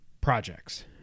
projects